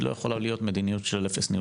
היא לא יכולה להיות מדיניות של אפס ניהול